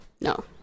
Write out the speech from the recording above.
no